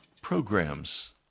programs